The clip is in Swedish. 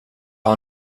har